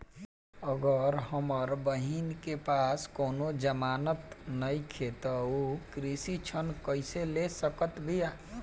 अगर हमार बहिन के पास कउनों जमानत नइखें त उ कृषि ऋण कइसे ले सकत बिया?